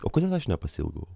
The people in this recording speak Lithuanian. o kodėl aš nepasiilgau